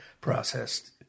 processed